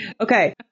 Okay